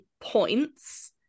points